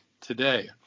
today